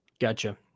Gotcha